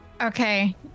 Okay